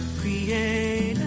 Create